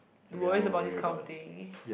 worries about this kind of thing